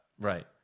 Right